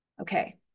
Okay